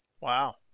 wow